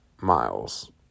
miles